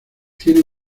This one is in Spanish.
tiene